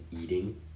eating